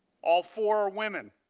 all four are women.